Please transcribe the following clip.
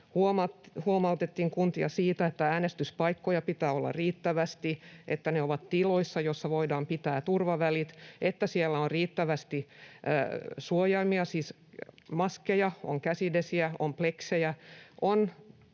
huomautettiin siitä, että äänestyspaikkoja pitää olla riittävästi, että ne ovat tiloissa, joissa voidaan pitää turvavälit, että siellä on riittävästi suojaimia, siis maskeja, on käsidesiä, on pleksejä. On